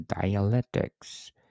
dialectics